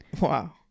wow